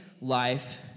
life